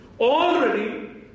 Already